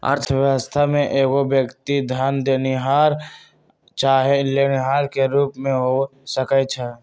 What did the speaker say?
अर्थव्यवस्था में एगो व्यक्ति धन देनिहार चाहे लेनिहार के रूप में हो सकइ छइ